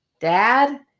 dad